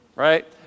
Right